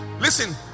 listen